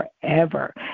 forever